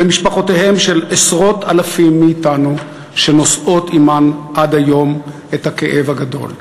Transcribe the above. ולמשפחותיהם של עשרות אלפים מאתנו שנושאות עמן עד היום את הכאב הגדול,